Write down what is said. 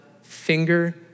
finger